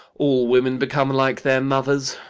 all women become like their mothers.